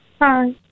Hi